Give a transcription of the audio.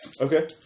Okay